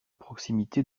proximité